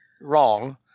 wrong